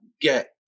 get